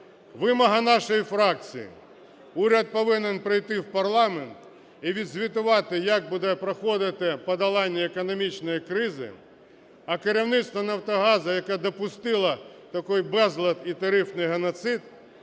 Вимога нашої фракції: уряд повинен прийти в парламент і відзвітувати, як буде проходити подолання економічної кризи, а керівництво "Нафтогазу", яке допустило такий безлад і тарифний геноцид,